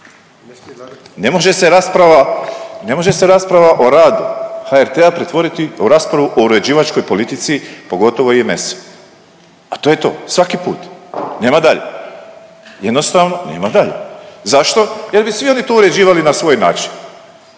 ne može se rasprava o radu HRT-a pretvoriti u raspravu o uređivačkoj politici pogotovo IMS-a, a to je to svaki put. Nema dalje, jednostavno nema dalje. Zašto? Jer bi svi oni to uređivali na svoj način